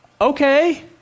okay